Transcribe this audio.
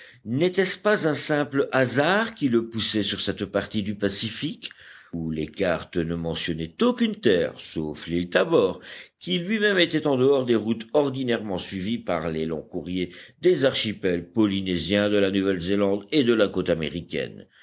n'était-ce pas un simple hasard qui le poussait sur cette partie du pacifique où les cartes ne mentionnaient aucune terre sauf l'îlot tabor qui lui-même était en dehors des routes ordinairement suivies par les longs courriers des archipels polynésiens de la nouvelle zélande et de la côte américaine